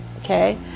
okay